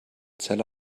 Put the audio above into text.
zell